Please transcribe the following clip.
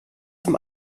zum